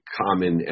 common